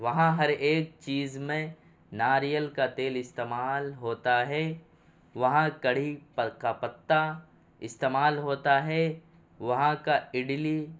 وہاں ہر ایک چیز میں ناریل کا تیل استعمال ہوتا ہے وہاں کڑھی کا پتا استعمال ہوتا ہے وہاں کا اڈلی